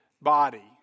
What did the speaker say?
body